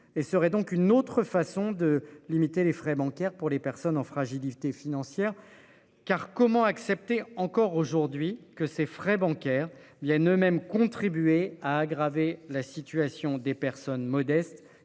et serait donc une autre façon de limiter les frais bancaires pour les personnes en fragilité financière. Car comment accepter encore aujourd'hui que ces frais bancaires viennent eux-mêmes contribué à aggraver la situation des personnes modestes